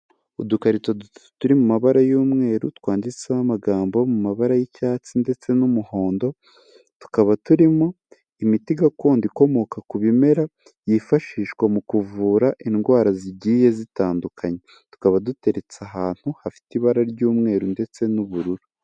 Udukarito turi mu mabara y'umweru twanditseho amagambo mu mabara y'icyatsi ndetse n'umuhondo, tukaba turimo imiti gakondo ikomoka ku bimera yifashishwa mu kuvura indwara zigiye zitandukanye. Tukaba duteretse ahantu hafite ibara ry'umweru ndetse n'ubururu.